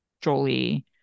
jolie